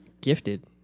Gifted